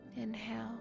inhale